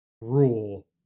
rule